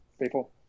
People